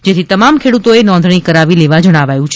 જેથી તમામ ખેડુતોએ નોંધણી કરાવી લેવા જણાવાયું છે